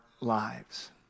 lives